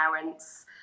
parents